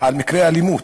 על מקרי אלימות: